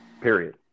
Period